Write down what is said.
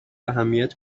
اهمیت